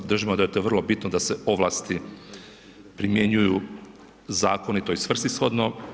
Držimo da je to vrlo bitno da se ovlasti primjenjuju zakonito i svrsishodno.